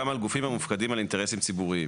על גופים המופקדים על אינטרסים ציבוריים,